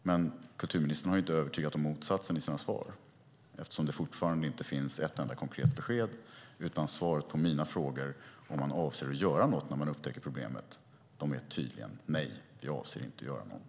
Men kulturministern har inte övertygat om motsatsen i sina svar, eftersom det fortfarande inte finns en enda konkret besked, utan att svaret på mina frågor om man avser att göra något när man upptäcker problem, tydligen är: Nej, vi avser inte att göra något.